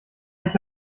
ich